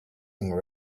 getting